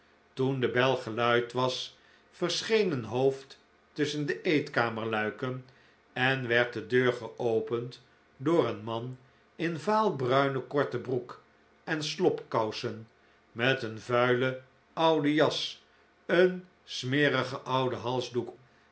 toen de bel geluid was verscheen een hoofd tusschen de eetkamer luiken en werd de deur geopend door een man in vaalbruine korte broek en slobkousen met een vuile oude jas een smerigen ouden